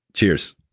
cheers